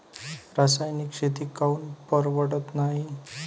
रासायनिक शेती काऊन परवडत नाई?